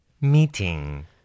Meeting